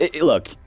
look